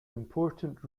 important